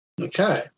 Okay